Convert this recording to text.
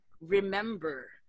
remember